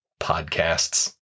podcasts